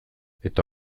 eta